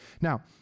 Now